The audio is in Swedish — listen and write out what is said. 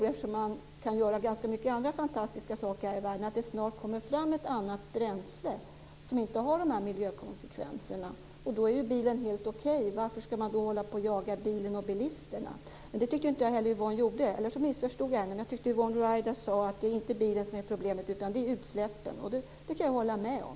Eftersom man kan göra ganska många andra fantastiska saker här i världen, tror jag att det snart kommer fram ett annat bränsle som inte ger de här miljökonsekvenserna. I så fall är ju bilen okej. Varför skall man då hålla på att jaga bilen och bilisterna? Det tycker jag inte heller att Yvonne gjorde. Jag kanske missförstod henne, men jag tyckte att Yvonne Ruwaida sade att det inte är bilen som är problemet utan utsläppen, och det kan jag hålla med om.